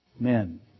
Men